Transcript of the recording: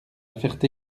ferté